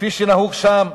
כפי שנהוג שם,